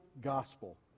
gospel